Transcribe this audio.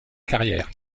carrière